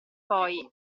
poi